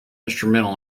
instrumental